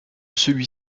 celui